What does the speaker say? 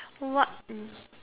what